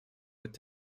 mit